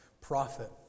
prophet